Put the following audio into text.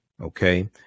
Okay